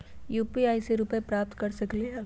UPI से रुपए प्राप्त कर सकलीहल?